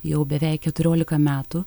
jau beveik keturiolika metų